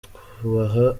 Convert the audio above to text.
twubaha